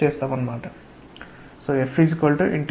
కాబట్టి dF ydA